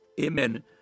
amen